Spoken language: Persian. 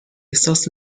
احساس